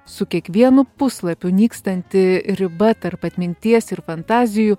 su kiekvienu puslapiu nykstanti riba tarp atminties ir fantazijų